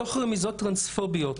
תוך רמיזות טרנספוביות.